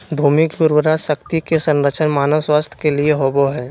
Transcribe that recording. भूमि की उर्वरा शक्ति के संरक्षण मानव स्वास्थ्य के लिए होबो हइ